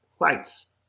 sites